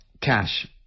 Cash